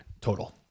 Total